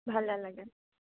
ভালে নালাগে